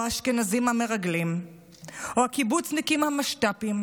או האשכנזים המרגלים או הקיבוצניקים המשת"פים,